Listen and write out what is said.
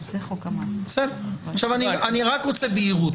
אני רק רוצה בהירות.